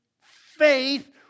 faith